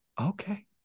Okay